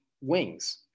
wings